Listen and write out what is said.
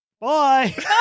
Bye